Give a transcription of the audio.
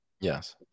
Yes